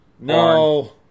No